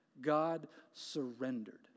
God-surrendered